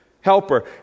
Helper